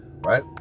right